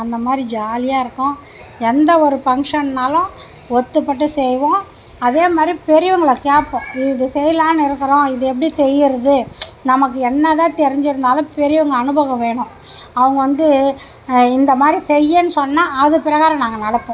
அந்த மாதிரி ஜாலியாயிருக்கும் எந்தவொரு ஃபங்க்ஷன்னாலும் ஒத்துபட்டு செய்வோம் அதே மாதிரி பெரியவங்கள கேட்போம் இது செய்யலான்னு இருக்கிறோம் இது எப்படி செய்கிறது நமக்கு என்னாதான் தெரிஞ்சுருந்தாலும் பெரியவங்க அனுபவம் வேணும் அவங்க வந்து இந்த மாதிரி செய்யன்னு சொன்னால் அது பிரகாரம் நாங்கள் நடப்போம்